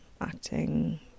acting